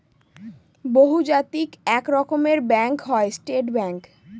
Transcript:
বহুজাতিক এক রকমের ব্যাঙ্ক হয় স্টেট ব্যাঙ্ক